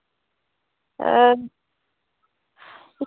अ